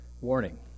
Warning